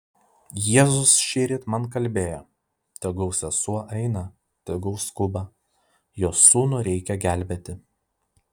jėzus šįryt man kalbėjo tegul sesuo eina tegul skuba jos sūnų reikia gelbėti